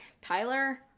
Tyler